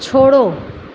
छोड़ो